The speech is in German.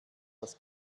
das